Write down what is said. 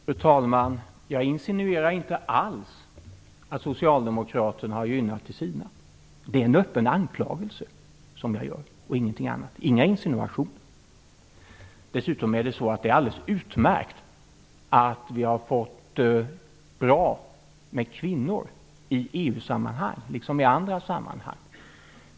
Fru talman! Jag insinuerar inte alls att socialdemokraterna har gynnat de sina. Det är en öppen anklagelse jag gör och inget annat - inga insinuationer. Dessutom är det utmärkt att vi har fått in många kvinnor i EU-sammanhang liksom i andra sammanhang.